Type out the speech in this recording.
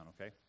okay